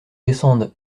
descende